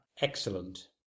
Excellent